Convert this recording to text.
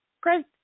great